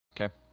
Okay